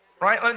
right